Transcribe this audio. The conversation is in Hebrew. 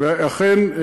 אכן,